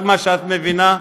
רק מה שאת מבינה?